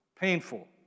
painful